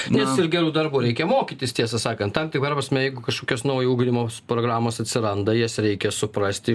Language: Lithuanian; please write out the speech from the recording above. nes ir gerų darbų reikia mokytis tiesą sakant tam tikra prasme jeigu kažkokios naujos ugdymo programos atsiranda jas reikia suprasti